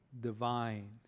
divine